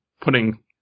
putting